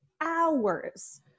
hours